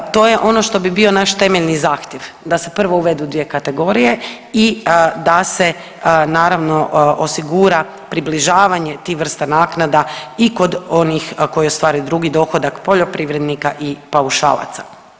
To je ono što bi bio naš temeljni zahtjev da se prvo uvedu dvije kategorije i da se naravno osigura približavanje tih vrsta naknada i kod onih koji ostvaruju drugi dohodak poljoprivrednika i paušalaca.